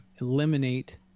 eliminate